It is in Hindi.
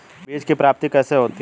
बीज की प्राप्ति कैसे होती है?